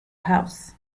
house